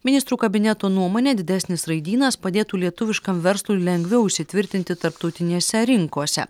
ministrų kabineto nuomone didesnis raidynas padėtų lietuviškam verslui lengviau įsitvirtinti tarptautinėse rinkose